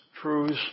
truths